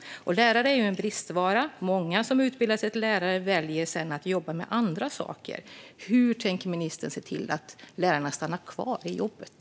Lärare är en bristvara. Många som utbildar sig till lärare väljer att jobba med andra saker. Hur tänker ministern se till att lärarna stannar kvar i jobbet?